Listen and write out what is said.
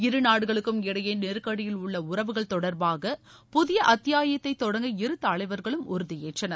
இரு நாடுகளுக்கும் இடையே நெருக்கடியில் உள்ள உறவுகள் தொடர்பாக புதிய அத்தியாயத்தை தொடங்க இரு தலைவர்களும் உறுதியேற்றனர்